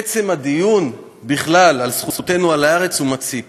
עצם הדיון בכלל על זכותנו על הארץ הוא מציק.